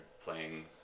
playing